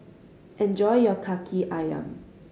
enjoy your Kaki Ayam